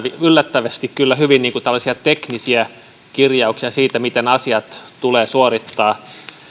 yllättävästi tällaisia hyvin teknisiä kirjauksia siitä miten asiat tulee suorittaa